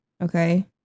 okay